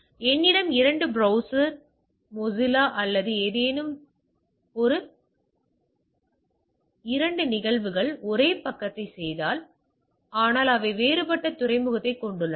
எனவே என்னிடம் இரண்டு பிரௌசர் மொஸில்லா அல்லது ஏதேனும் சொன்னாலும் இரண்டு நிகழ்வுகள் ஒரே பக்கத்தைச் செய்தால் ஆனால் அவை வேறுபட்ட துறைமுகத்தைக் கொண்டுள்ளன